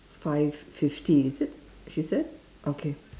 five fifty is it she said okay